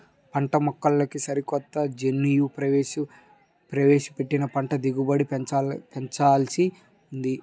పంటమొక్కల్లోకి సరికొత్త జన్యువులు ప్రవేశపెట్టి పంట దిగుబడులను పెంచాల్సి ఉంది